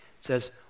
says